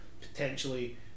potentially